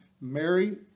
Mary